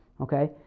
okay